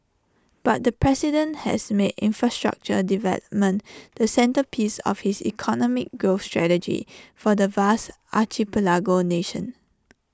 but the president has made infrastructure development the centrepiece of his economic growth strategy for the vast archipelago nation